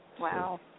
wow